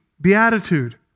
beatitude